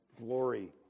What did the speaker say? glory